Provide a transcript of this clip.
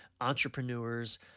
entrepreneurs